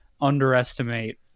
underestimate